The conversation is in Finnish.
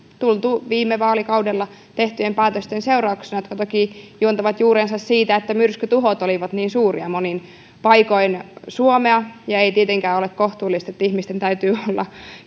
tultu viime vaalikaudella tehtyjen päätösten seurauksena jotka toki juontavat juurensa siitä että myrskytuhot olivat niin suuria monin paikoin suomea ja ei tietenkään ole kohtuullista että ihmisten täytyy olla